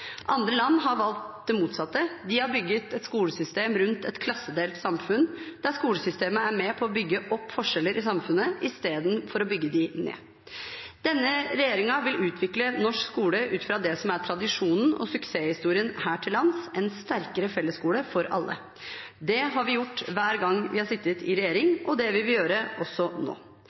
Andre land har valgt det motsatte: De har bygget et skolesystem rundt et klassedelt samfunn, der skolesystemet er med på å bygge opp forskjeller i samfunnet i stedet for å bygge dem ned. Denne regjeringen vil utvikle norsk skole ut fra det som er tradisjonen og suksesshistorien her til lands: en sterkere fellesskole for alle. Det har vi gjort hver gang vi har sittet i regjering, og det skal vi gjøre nå også.